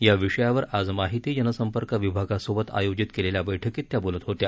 या विषयावर आज माहिती जनसंपर्क विभागासोबत आयोजित केलेल्या बैठकीत त्या बोलत होत्या